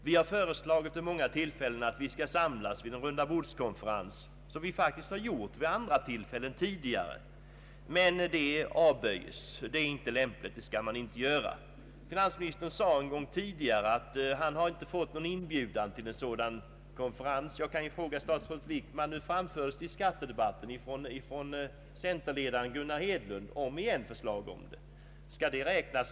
Vi har från vårt håll vid många tillfällen föreslagit att vi skulle samlas till en rundabordskonferens, något som faktiskt tidigare har skett i andra sammanhang, men det avböjes från regeringens sida. Finansministern sade vid ett tidigare tillfälle att han inte hade fått någon inbjudan till en sådan här rundabordskonferens. Jag kan ju fråga statsrådet Wickman: I skattedebatten framförde centerledaren Gunnar Hedlund på nytt förslag om en sådan konferens.